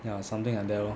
ya something like that lor